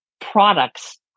products